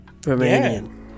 Romanian